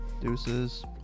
Deuces